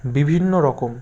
বিভিন্ন রকম